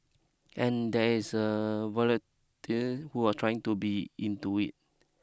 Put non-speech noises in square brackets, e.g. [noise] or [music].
and there is a [unintelligible] who were trying to be into it